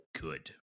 good